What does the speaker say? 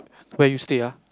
where you stay ah